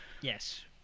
Yes